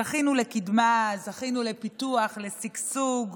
זכינו לקדמה, זכינו לפיתוח, לשגשוג,